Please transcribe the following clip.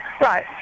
right